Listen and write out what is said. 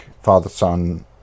father-son